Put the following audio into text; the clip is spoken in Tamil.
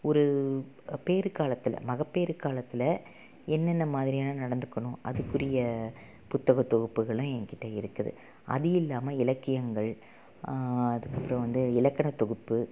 ஒரு பேறு காலத்தில் மகப்பேறு காலத்தில் என்னென்ன மாதிரியான நடந்துக்கணும் அதுக்குரிய புத்தகத் தொகுப்புகளும் எங்கிட்ட இருக்குது அது இல்லாமல் இலக்கியங்கள் அதுக்கப்புறம் வந்து இலக்கணத் தொகுப்பு